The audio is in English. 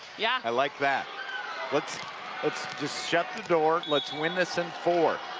yeah. i like that let's let's just shut the door. let's win this in four